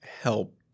help